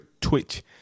Twitch